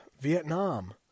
Vietnam